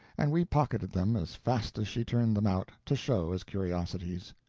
and we pocketed them as fast as she turned them out, to show as curiosities.